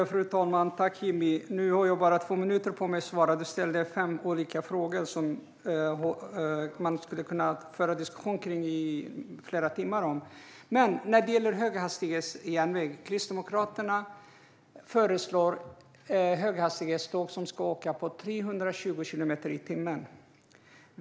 Fru talman! Tack för frågorna, Jimmy! Jag bara två minuter på mig att svara, och du ställde fem olika frågor som man skulle kunna diskutera i flera timmar. När det gäller höghastighetsjärnväg föreslår Kristdemokraterna höghastighetståg som ska köra i 320 kilometer i timmen.